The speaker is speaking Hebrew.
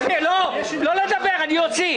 לא לדבר, אני אוציא.